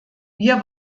wir